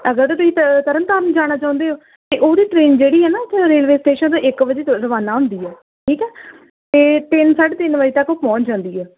ਅਗਰ ਤੁਸੀਂ ਤ ਤਰਨ ਤਾਰਨ ਜਾਣਾ ਚਾਹੁੰਦੇ ਹੋ ਅਤੇ ਉਹਦੀ ਟ੍ਰੇਨ ਜਿਹੜੀ ਆ ਨਾ ਇੱਥੋਂ ਰੇਲਵੇ ਸਟੇਸ਼ਨ ਤੋਂ ਇੱਕ ਵਜੇ ਚੱ ਰਵਾਨਾ ਹੁੰਦੀ ਆ ਠੀਕ ਆ ਅਤੇ ਤਿੰਨ ਸਾਢੇ ਤਿੰਨ ਵਜੇ ਉਹ ਤੱਕ ਪਹੁੰਚ ਜਾਂਦੀ ਆ